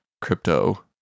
crypto